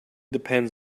depends